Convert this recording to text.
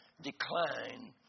decline